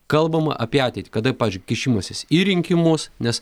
kalbama apie ateitį kada pavyzdžiui kišimasis į rinkimus nes